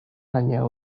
hanya